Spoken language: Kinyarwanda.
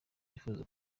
wifuza